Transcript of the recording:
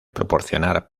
proporcionar